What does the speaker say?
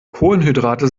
kohlenhydrate